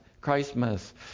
Christmas